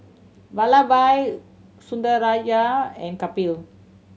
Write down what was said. Vallabhbhai Sundaraiah and Kapil